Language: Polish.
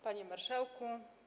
Panie Marszałku!